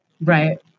right